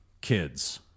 kids